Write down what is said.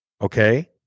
okay